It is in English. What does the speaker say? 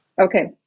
Okay